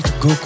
Go